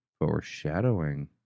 foreshadowing